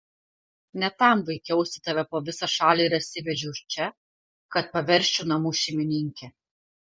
ne tam vaikiausi tave po visą šalį ir atsivežiau čia kad paversčiau namų šeimininke